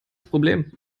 problem